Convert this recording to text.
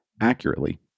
accurately